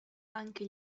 anche